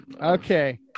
Okay